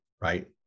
right